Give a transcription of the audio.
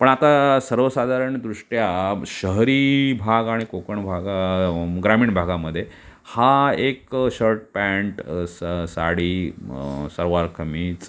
पण आता सर्वसाधारण दृष्ट्या शहरी भाग आणि कोकण भागा ग्रामीण भागामध्ये हा एक शर्ट पॅन्ट स साडी सलवार कमीज